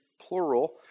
plural